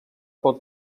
pel